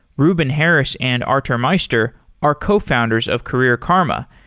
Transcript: ruben harris and artur meyster are cofounders of career karma,